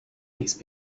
these